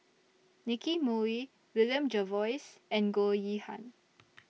Nicky Moey William Jervois and Goh Yihan